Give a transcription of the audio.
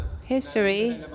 History